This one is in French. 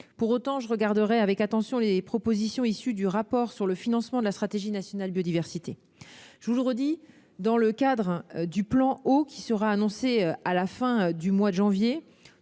Pour autant, je regarderai avec attention les propositions issues du rapport sur le financement de la stratégie nationale pour la biodiversité pour 2030. Je vous le redis, dans le cadre du plan Eau qui sera annoncé à la fin du mois de janvier,